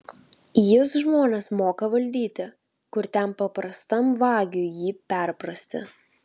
jis žmones moka valdyti kur ten paprastam vagiui jį perprasti